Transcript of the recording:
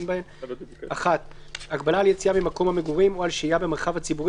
בהם: 1. הגבלה על יציאה ממקום המגורים או על שהייה במרחב הציבורי,